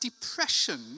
depression